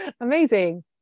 Amazing